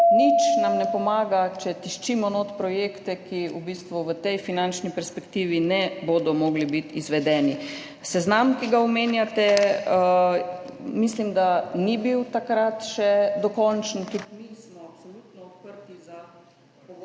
Nič nam ne pomaga, če tiščimo noter projekte, ki v bistvu v tej finančni perspektivi ne bodo mogli biti izvedeni. Seznam, ki ga omenjate, mislim, da takrat še ni bil dokončen. Tudi mi smo absolutno odprti za pogovore